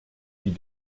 die